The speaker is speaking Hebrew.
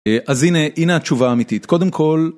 אז הנה התשובה האמיתית, קודם כל.